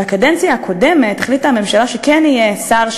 בקדנציה הקודמת החליטה הממשלה שכן יהיה שר,